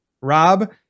Rob